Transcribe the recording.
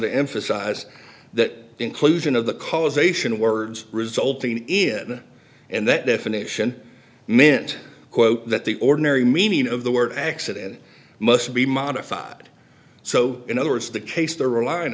to emphasize that inclusion of the causation words resulting in and that definition meant quote that the ordinary meaning of the word accident must be modified so in other words the case they're relyin